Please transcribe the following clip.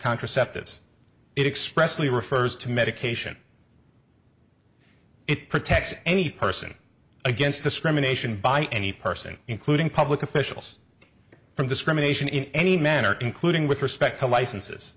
contraceptives it expressly refers to medication it protects any person against discrimination by any person including public officials from discrimination in any manner including with respect to licenses